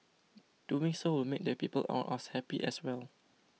doing so will make the people on us happy as well